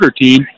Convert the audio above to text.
team